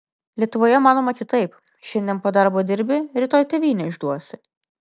lietuvoje manoma kitaip šiandien po darbo dirbi rytoj tėvynę išduosi